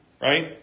Right